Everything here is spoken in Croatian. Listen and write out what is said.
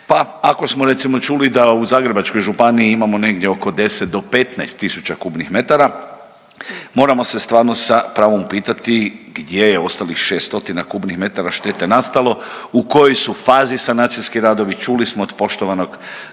pa ako smo, recimo, čuli da u Zagrebačkoj županiji imamo negdje oko 10 do 15 tisuća kubnih metara, moramo se stvarno sa pravom pitati gdje je ostalih 6 stotina kubnih metara štete nastalo, u kojoj su fazi sanacijski radovi, čuli smo od poštovanog